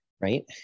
right